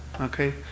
Okay